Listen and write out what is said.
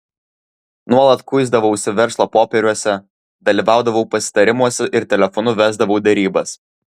nuolat kuisdavausi verslo popieriuose dalyvaudavau pasitarimuose ir telefonu vesdavau derybas